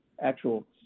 actual